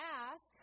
ask